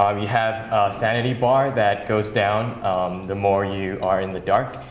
um you have a sanity bar that goes down the more you are in the dark.